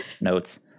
notes